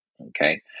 Okay